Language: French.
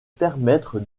permettre